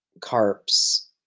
Carps